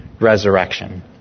resurrection